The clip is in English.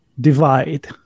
divide